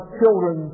children